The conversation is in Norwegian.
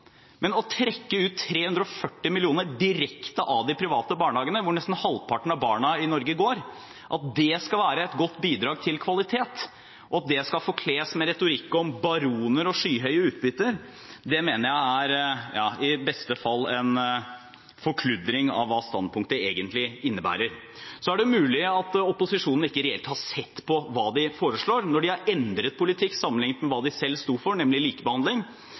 Men at å trekke ut 340 mill. kr direkte av de private barnehagene, hvor nesten halvparten av barna i Norge går, skal være et godt bidrag til kvalitet, og at det skal forkles med retorikk om baroner og skyhøye utbytter, mener jeg i beste fall er en forkludring av hva standpunktet egentlig innebærer. Så er det mulig at opposisjonen ikke reelt har sett på hva de foreslår, når de har endret politikk sammenlignet med hva de selv sto for, nemlig likebehandling.